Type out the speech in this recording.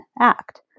act